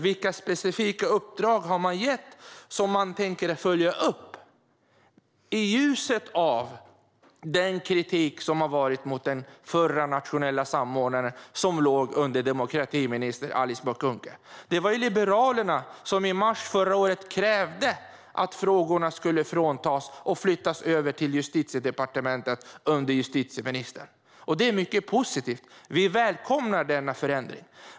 Vilka specifika uppdrag har man gett som man tänker följa upp, i ljuset av den kritik som har riktats mot den förra nationella samordnaren, som låg under demokratiminister Alice Bah Kuhnke? Det var Liberalerna som i mars förra året krävde att frågorna skulle tas därifrån och flyttas över till justitiedepartementet under justitieministern. Detta är mycket positivt - vi välkomnar denna förändring.